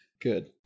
good